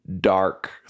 dark